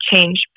change